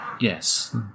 Yes